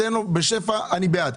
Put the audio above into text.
תן לו בשפע, אני בעד.